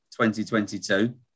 2022